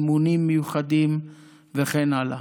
אימונים מיוחדים וכן הלאה.